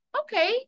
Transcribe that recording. Okay